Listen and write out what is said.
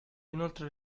inoltre